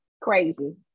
crazy